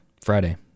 Friday